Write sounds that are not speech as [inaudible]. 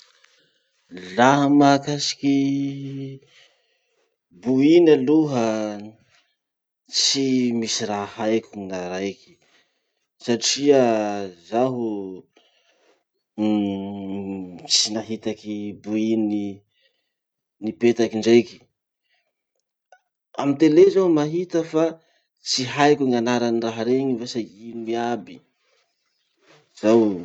Laha mahakasiky boiny aloha, tsy misy raha haiko ndra raiky satria zaho [hesitation] tsy nahitaky boiny nipetaky indraiky. [hesitation] Amy tele zaho mahita fa tsy haiko gn'agnarany raha reny vasa ino iaby. Zao o.